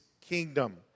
kingdom